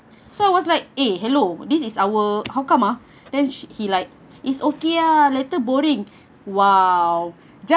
so I was like eh hello this is our how come ah then he like it's okay ah later boring !wow!